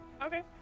Okay